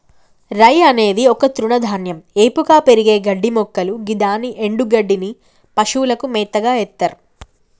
రై అనేది ఒక తృణధాన్యం ఏపుగా పెరిగే గడ్డిమొక్కలు గిదాని ఎన్డుగడ్డిని పశువులకు మేతగ ఎత్తర్